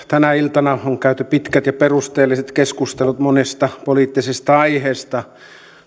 tänä iltana on käyty pitkät ja perusteelliset keskustelut monesta poliittisesta aiheesta